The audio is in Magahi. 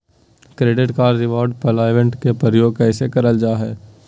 क्रैडिट कार्ड रिवॉर्ड प्वाइंट के प्रयोग कैसे करल जा है?